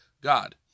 God